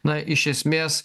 na iš esmės